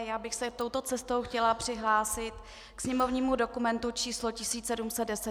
Já bych se touto cestou chtěla přihlásit k sněmovnímu dokumentu číslo 1710.